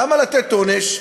למה לתת עונש?